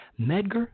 Medgar